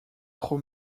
trop